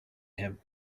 him